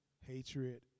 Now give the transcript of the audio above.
hatred